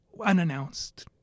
unannounced